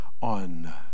on